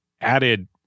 added